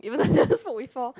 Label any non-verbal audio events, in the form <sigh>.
even though I never smoke before <laughs>